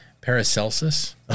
Paracelsus